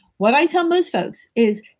what i tell most folks is,